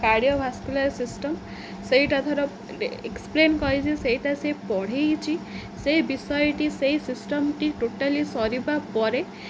cardiovascular system ସେଇଟା ଧର explain କରିଛି ସେଇଟା ସେ ପଢ଼ାଇଛି ସେଇ ବିଷୟଟି ସେଇ ସିଷ୍ଟମଟି ଟୋଟାଲି ସରିବା ପରେ